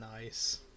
nice